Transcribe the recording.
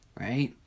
right